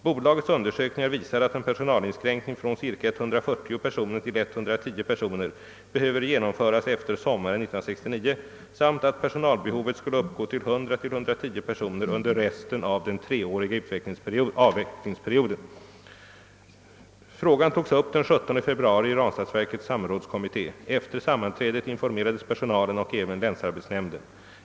Bolagets undersökningar visade att en personalinskränkning från ca 140 personer till 110 personer behöver genomföras efter sommaren 1969 samt att personalbehovet skulle uppgå till 100—110 personer under resten av den treåriga avvecklingsperioden. Frågan togs upp den 17 februari i Ranstadsverkets samrådskommitté. Efter sammanträdet informerades personalen och även länsarbetsnämnden.